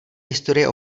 historie